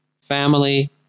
family